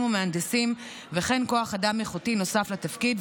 ומהנדסים וכוח אדם איכותי נוסף לתפקיד,